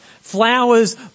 Flowers